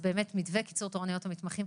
מתווה קיצור תורנויות המתמחים,